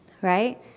Right